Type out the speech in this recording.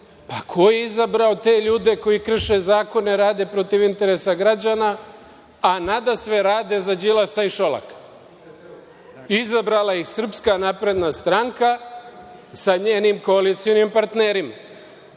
– ko je izabrao te ljude koji krše zakone, rade protiv interesa građana, a nadasve rade za Đilasa i Šolaka? Izabrala ih SNS sa njenim koalicionim partnerima.